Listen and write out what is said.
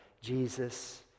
Jesus